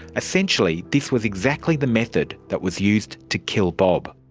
essentially this was exactly the method that was used to kill bob.